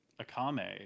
akame